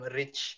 rich